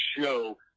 show